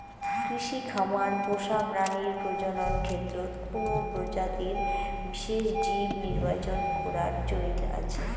কৃষি খামার পোষা প্রাণীর প্রজনন ক্ষেত্রত কুনো প্রজাতির বিশেষ জীব নির্বাচন করার চৈল আছে